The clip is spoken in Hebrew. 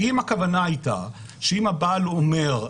האם הכוונה הייתה שאם הבעל אומר,